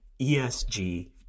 ESG